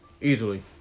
Easily